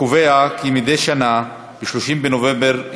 הקובע כי מדי שנה, ב-30 בנובמבר,